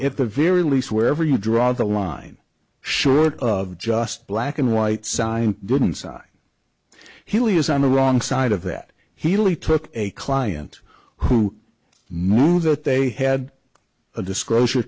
if the very least wherever you draw the line short of just black and white sign didn't side he was on the wrong side of that he only took a client who knew that they had a disclosure